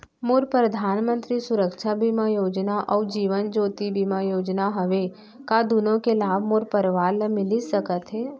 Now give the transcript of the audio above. मोर परधानमंतरी सुरक्षा बीमा योजना अऊ जीवन ज्योति बीमा योजना हवे, का दूनो के लाभ मोर परवार ल मिलिस सकत हे?